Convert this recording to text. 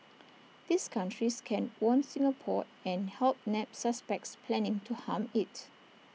these countries can warn Singapore and help nab suspects planning to harm IT